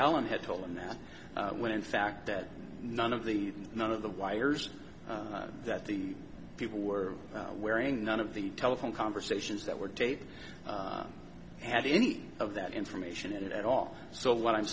allen had told him that when in fact that none of the none of the wires that the people were wearing none of the telephone conversations that were taped had any of that information in it at all so what i'm